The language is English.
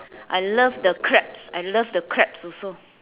I love the crab I love the crabs also